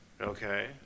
Okay